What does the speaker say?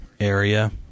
area